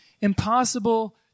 impossible